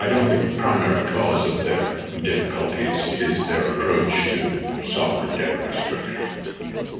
i don't think the primary cause of their difficulties is their approach to sovereign debt restructuring